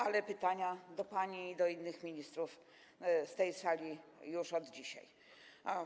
Ale mam pytania do pani i do innych ministrów z tej sali - już od dzisiaj.